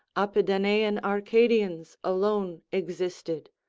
apidanean arcadians alone existed,